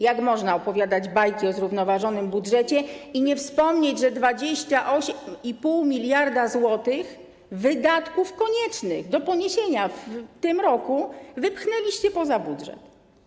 Jak można opowiadać bajki o zrównoważonym budżecie i nie wspomnieć, że 28,5 mld zł wydatków koniecznych do poniesienia w tym roku wypchnęliście poza budżet?